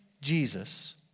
Jesus